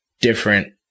different